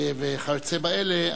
וכיוצא באלה.